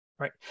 Right